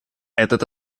этот